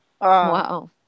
Wow